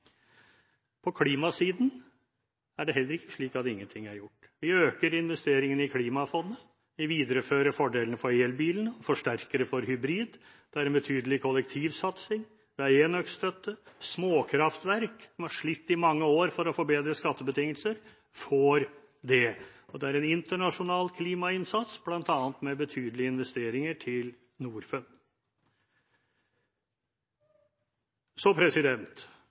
På klimasiden er det heller ikke slik at ingenting er gjort. Vi øker investeringene i klimafondet, vi viderefører fordelene for elbiler og forsterker dem for hybridbiler, det er en betydelig kollektivsatsing, og det er enøkstøtte. Småkraftverk, som har slitt i mange år for å få bedre skattebetingelser, får det. Det er en internasjonal klimainnsats, bl.a. med betydelige investeringer til